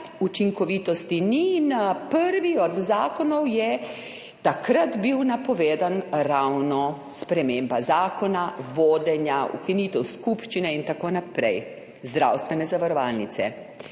učinkovitosti ni. Kot prva od zakonov je takrat bila napovedana ravno sprememba zakona, vodenja, ukinitev skupščine in tako naprej, zdravstvene zavarovalnice.